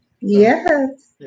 Yes